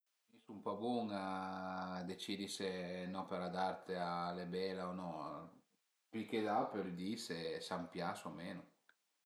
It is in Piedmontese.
Mi sun pa bun a decidi se üna opera d'arte al e bela o no, pi che d'autr pöl di s'an pias o menu